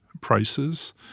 prices